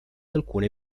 alcune